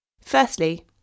Firstly